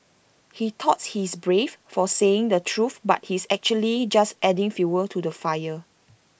he thought he's brave for saying the truth but he's actually just adding fuel to the fire